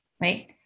right